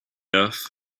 earth